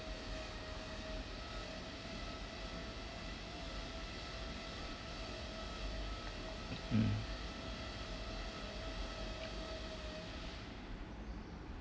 mm